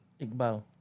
Iqbal